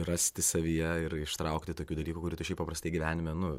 rasti savyje ir ištraukti tokių dalykų kurių tu šiaip paprastai gyvenime nu